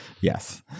yes